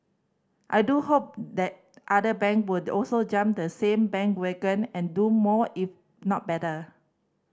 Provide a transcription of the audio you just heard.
I do hope that other bank will also jump on the same bandwagon and do more if not better